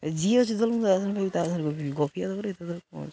ଏ ଜିଓ ଅଛି ତ ମୁଁ ଆ ସାଙ୍ଗେ ତା' ସାଙ୍ଗେ ଗପିବି ଗପିବାରେ ସେଥିରେ କ'ଣ ଅଛି